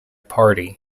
party